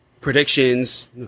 predictions